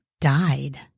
died